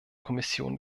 kommission